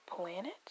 planet